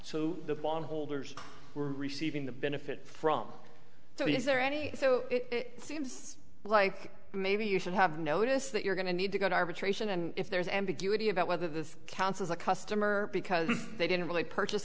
so the bond holders were receiving the benefit from so is there any so it seems like maybe you should have notice that you're going to need to go to arbitration and if there's ambiguity about whether this counts as a customer because they don't really purchase